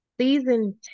season